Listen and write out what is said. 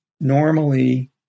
normally